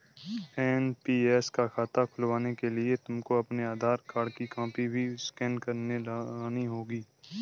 NPS का खाता खुलवाने के लिए तुमको अपने आधार कार्ड की कॉपी भी स्कैन करके लगानी होगी